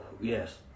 Yes